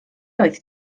oedd